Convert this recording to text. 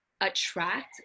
attract